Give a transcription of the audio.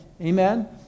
Amen